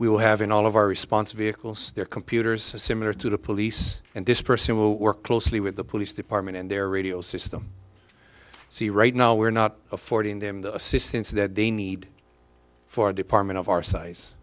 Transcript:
we will have in all of our response vehicles their computers similar to the police and this person will work closely with the police department and their radio system see right now we're not affording them the assistance that they need for department of our size